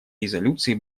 резолюции